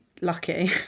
lucky